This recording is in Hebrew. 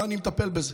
לא אני מטפל בזה.